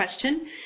question